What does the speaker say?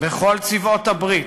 בכל צבאות הברית,